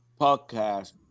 podcast